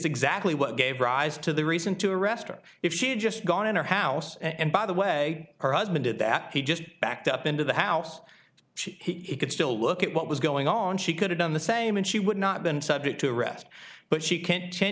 exactly what gave rise to the reason to arrest her if she had just gone in her house and by the way her husband did that he just backed up into the house he could still look at what was going on she could have done the same and she would not been subject to arrest but she can't ten